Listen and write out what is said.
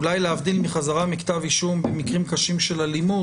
אולי להבדיל מחזרה מכתב אישום במקרים קשים של אלימות,